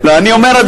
אני אומר,